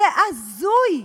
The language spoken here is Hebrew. זה הזוי.